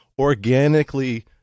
organically